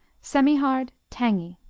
semihard tangy.